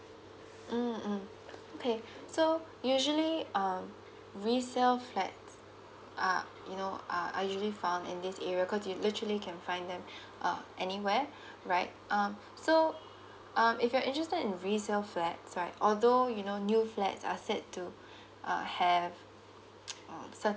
mm mm okay so usually um resell flats uh you know uh are usually found in this area cause you literally can find them uh anywhere right um so um if you are interested in resell flats right although you know new flats are set to uh have um